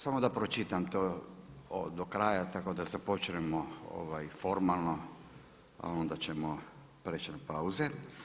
Samo da pročitam to do kraja tako da započnemo formalno, a onda ćemo prijeći na pauze.